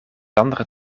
andere